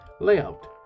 Layout